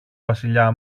βασιλιά